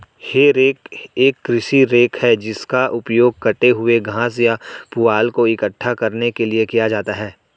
हे rake एक कृषि rake है जिसका उपयोग कटे हुए घास या पुआल को इकट्ठा करने के लिए किया जाता है